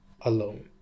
alone